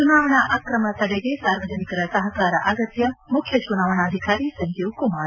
ಚುನಾವಣಾ ಅಕ್ರಮ ತಡೆಗೆ ಸಾರ್ವಜನಿಕರ ಸಹಕಾರ ಅಗತ್ನ ಮುಖ್ಯ ಚುನಾವಣಾಧಿಕಾರಿ ಸಂಜೀವ್ಕುಮಾರ್